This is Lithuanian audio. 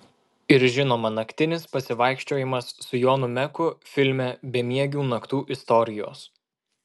ir žinoma naktinis pasivaikščiojimas su jonu meku filme bemiegių naktų istorijos